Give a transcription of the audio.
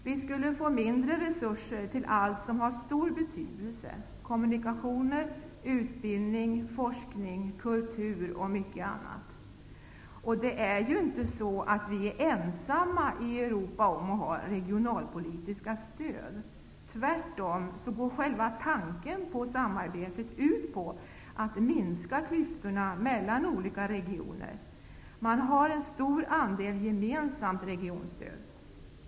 Vi skulle få mindre resurser till allt som har stor betydelse: kommunikationer, utbildning, forskning, kultur och mycket annat. Det är ju inte så, att vi är ensamma i Europa om att ha regionalpolitiska stöd. Tvärtom, själva tanken med samarbetet går ut på att minska klyftorna mellan olika regioner -- det finns en stor andel gemensamt regionstöd.